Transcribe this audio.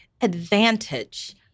advantage